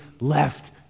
left